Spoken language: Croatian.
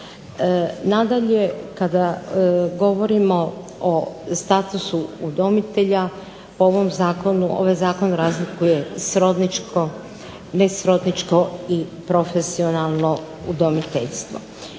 Nadalje, kada govorimo o statusu udomitelja, po ovom Zakonu, ovaj Zakon razlikuje srodničko, nesrodničko i profesionalno udomiteljstvo.